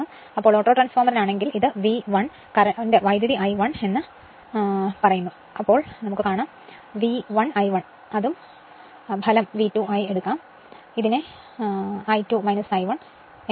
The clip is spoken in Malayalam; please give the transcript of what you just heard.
അതിനാൽ ഓട്ടോട്രാൻസ്ഫോർമർ എടുക്കുകയാണെങ്കിൽ ഇതാണ് V1 current I 1 പറയുന്നു V 1 I 1 output V 2 ആയി എടുക്കാം ഇതിനെ I 2 I 1 എന്ന് വിളിക്കുന്നു